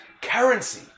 Currency